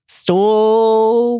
stole